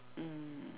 mm